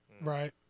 Right